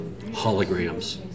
holograms